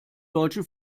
deutschen